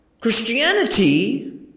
Christianity